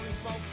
smoke